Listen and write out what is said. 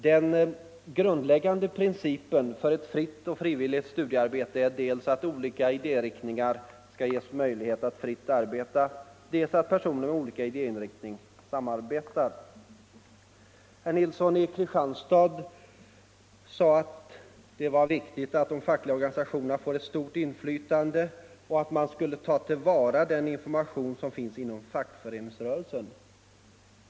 Den grundläggande principen för ett fritt och frivilligt studiearbete är dels att olika idériktningar skall ges möjlighet att fritt arbeta, dels att personer med olika idéinriktningar samarbetar. Herr Nilsson i Kristianstad sade att det är viktigt att de fackliga organisationerna får ett stort inflytande och att man skall ta till vara den information som finns inom fackföreningsrörelsen.